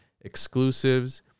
exclusives